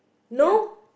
no